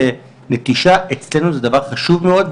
נטישה אצלנו זה דבר חשוב מאוד,